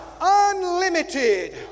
unlimited